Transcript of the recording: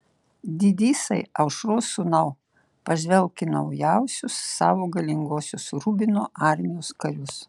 didysai aušros sūnau pažvelk į naujausius savo galingosios rubino armijos karius